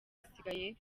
asigaye